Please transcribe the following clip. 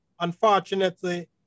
unfortunately